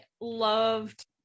loved